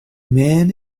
man